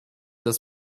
das